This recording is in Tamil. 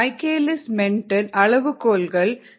மைக்கேலிஸ் மென்டென் அளவுகோல்கள் vm 0